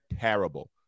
terrible